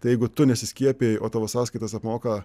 tai jeigu tu nesiskiepijai o tavo sąskaitas apmoka